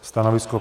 Stanovisko?